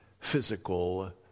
physical